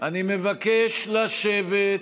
אני מבקש לשבת.